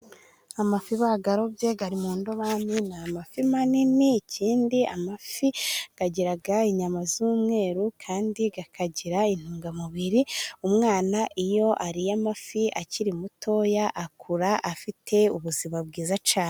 Amafi bayarobye yari mu ndobami. Ni amafi manini, ikindi amafi agira inyama z'umweru kandi akagira intungamubiri. Umwana iyo ariye amafi akiri mutoya akura afite ubuzima bwiza cyane.